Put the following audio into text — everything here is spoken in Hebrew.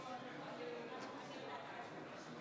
אנחנו ניגשים להצעת